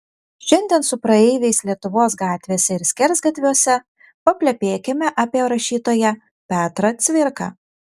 šiandien su praeiviais lietuvos gatvėse ir skersgatviuose paplepėkime apie rašytoją petrą cvirką